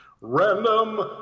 random